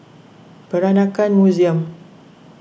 Peranakan Museum